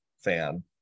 fan